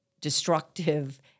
destructive